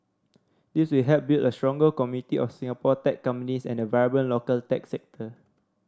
this will help build a stronger community of Singapore tech companies and a vibrant local tech sector